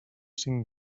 cinc